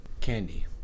Candy